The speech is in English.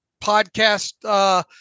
podcast